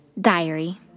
Diary